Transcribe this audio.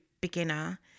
beginner